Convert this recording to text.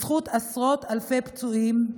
בזכות עשרות אלפי פצועים,